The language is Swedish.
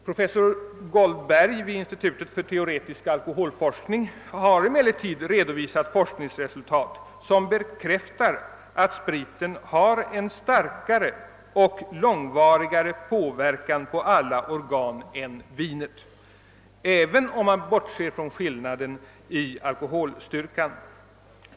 Professor Goldberg vid institutionen för teoretisk alkoholforskning vid karolinska institutet har emellertid redovisat forskningsresultat som bekräftar att spriten har en starkare och långvarigare påverkan på alla organ än vinet — även om man bortser från skillnaden i alkoholstyrkan.